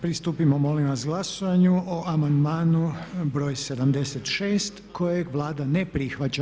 Pristupimo molim vas glasovanju o amandmanu br. 76. kojeg Vlada ne prihvaća.